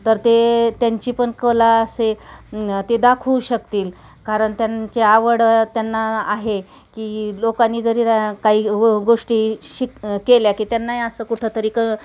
तर ते त्यांची पण कला असे ते दाखवू शकतील कारण त्यांचे आवड त्यांना आहे की लोकांनी जरी काही गोष्टी शिक केल्या की त्यांनाही असं कुठंतरी क